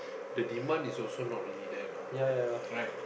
the demand is also not really there mah right